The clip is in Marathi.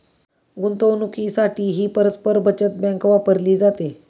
गुंतवणुकीसाठीही परस्पर बचत बँक वापरली जाते